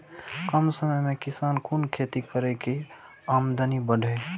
कम समय में किसान कुन खैती करै की आमदनी बढ़े?